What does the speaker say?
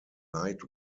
light